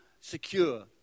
secure